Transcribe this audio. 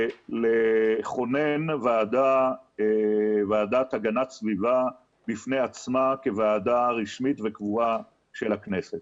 לכונן ועדת הגנת סביבה בפני עצמה כוועדה רשמית וקבועה של הכנסת.